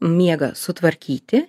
miegą sutvarkyti